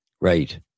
Right